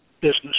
business